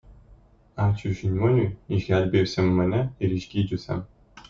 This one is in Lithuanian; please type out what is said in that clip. ačiū žiniuoniui išgelbėjusiam mane ir išgydžiusiam